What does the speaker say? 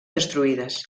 destruïdes